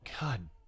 God